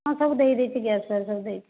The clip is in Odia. ହଁ ସବୁ ଦେଇ ଦେଇଛି ଗ୍ୟାସ୍ ଫ୍ୟାସ୍ ସବୁ ଦେଇଛି